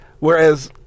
Whereas